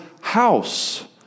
house